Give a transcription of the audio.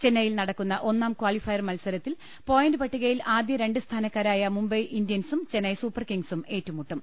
ചെന്നൈയിൽ നടക്കുന്ന ഒന്നാം കാളിഫയർ മത്സരത്തിൽ പോയിന്റ് പട്ടികയിൽ ആദ്യ രണ്ട് സ്ഥാനക്കാരായ മുംബൈ ഇന്ത്യൻസും ചെന്നൈ സൂപ്പർ കിങ്ങ്സും ഏറ്റുമുട്ടും